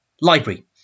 library